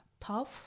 tough